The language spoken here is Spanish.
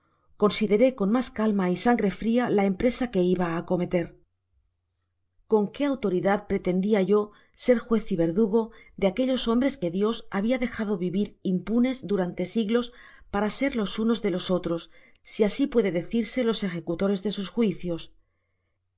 ó las ideas generalmente admitidas como por ejemplo lo que él dice de los con qué autoridad pre tendia yo ser juez y verdugo de aquellos hombres que dios habia dejado vivir impunes durante siglos para ser los unos de los otros para decirlo asi los ejecutores de sus juicios